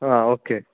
ആ ഓക്കേ